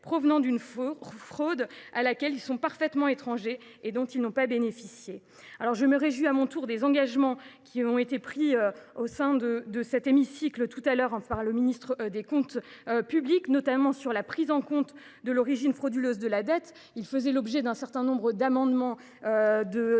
provenant d’une fraude à laquelle ils sont parfaitement étrangers et dont ils n’ont pas bénéficié. Je me réjouis à mon tour des engagements qui ont été pris au sein de cet hémicycle par le ministre délégué chargé des comptes publics, notamment sur la prise en compte de l’origine frauduleuse de la dette. Cela faisait l’objet d’un certain nombre d’amendements de différents